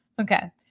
Okay